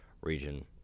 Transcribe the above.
region